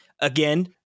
Again